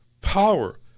power